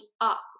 up